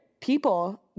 people